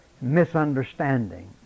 misunderstanding